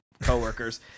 co-workers